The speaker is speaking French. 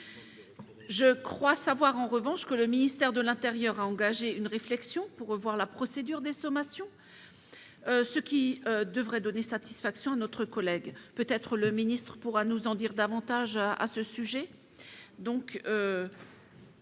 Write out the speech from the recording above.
Je crois savoir que le ministère de l'intérieur a engagé une réflexion en vue de revoir la procédure des sommations, ce qui devrait donner satisfaction à notre collègue. Peut-être le ministre pourra-t-il nous en dire davantage à ce sujet